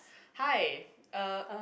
hi uh